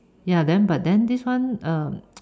ya then but then this one um